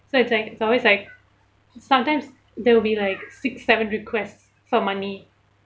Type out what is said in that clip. so it's like it's always like sometimes there will be like six seven requests for money